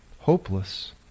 Hopeless